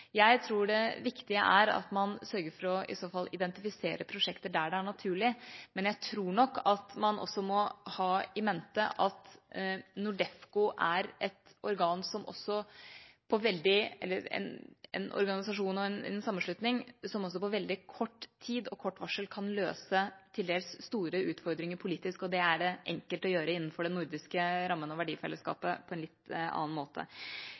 Jeg tror det viktige er at man i så fall sørger for å identifisere prosjekter der det er naturlig, men jeg tror nok at man også må ha in mente at NORDEFCO er en organisasjon og en sammenslutning som på veldig kort tid og kort varsel kan løse til dels store utfordringer politisk, og det er det enkelt å gjøre innenfor den nordiske rammen.